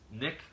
Nick